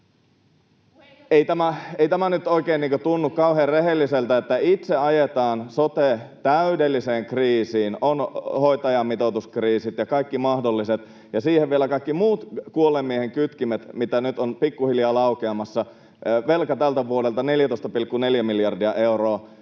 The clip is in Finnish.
Ei tämä nyt oikein tunnu kauhean rehelliseltä, kun itse ajetaan sote täydelliseen kriisiin — on hoitajamitoituskriisit ja kaikki mahdolliset — ja siihen vielä kaikki muut kuolleen miehen kytkimet, mitä nyt on pikkuhiljaa laukeamassa, velka tältä vuodelta 14,4 miljardia euroa.